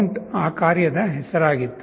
count ಆ ಕಾರ್ಯದ ಹೆಸರಾಗಿತ್ತು